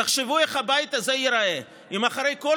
תחשבו איך הבית הזה ייראה אם אחרי כל